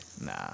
Nah